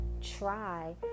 try